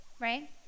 right